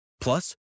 Plus